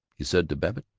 he said to babbitt.